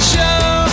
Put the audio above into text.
Show